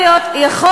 אמרתי שזה העיקר.